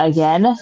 Again